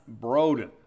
Broden